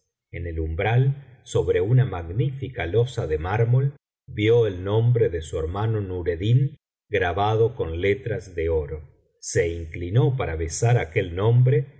en el umbral sobre una magnífica losa de mármol vio el nombre de su hermano nureddin grabado con letras de oro se inclinó para besar aquel nombre